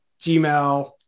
Gmail